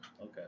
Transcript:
Okay